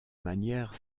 manière